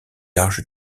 large